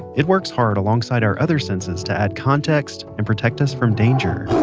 it works hard alongside our other senses to add context, and protect us from danger.